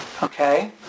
Okay